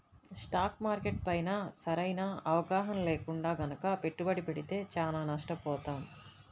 stock market పైన సరైన అవగాహన లేకుండా గనక పెట్టుబడి పెడితే చానా నష్టపోతాం